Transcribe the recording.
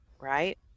right